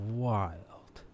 wild